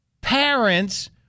parents